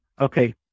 okay